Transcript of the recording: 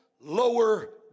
lower